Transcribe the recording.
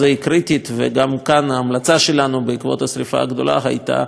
גם כאן ההמלצה שלנו בעקבות השרפה הגדולה הייתה הרבה יותר,